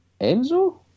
Enzo